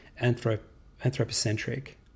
anthropocentric